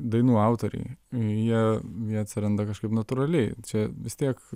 dainų autoriai jie jie atsiranda kažkaip natūraliai čia vis tiek